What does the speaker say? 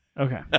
Okay